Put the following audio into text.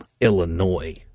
Illinois